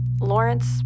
Lawrence